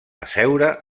asseure